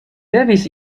devis